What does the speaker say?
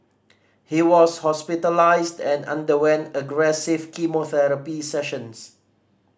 he was hospitalised and underwent aggressive chemotherapy sessions